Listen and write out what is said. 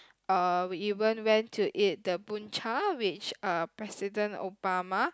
uh we even went to eat the bun-cha which uh president Obama